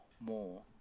more